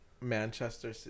Manchester